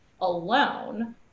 alone